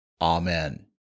amen